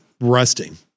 rusting